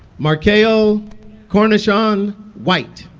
makaio cor'nesean white